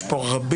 יש פה רבים.